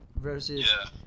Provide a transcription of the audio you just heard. versus